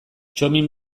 txomin